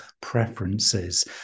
preferences